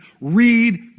read